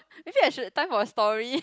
maybe I should tie for a story